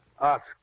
Ask